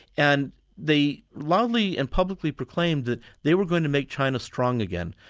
and they loudly and publicly proclaimed that they were going to make china strong again.